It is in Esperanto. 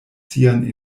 sian